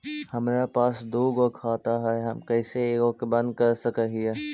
हमरा पास दु गो खाता हैं, हम कैसे एगो के बंद कर सक हिय?